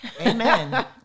Amen